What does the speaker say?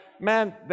man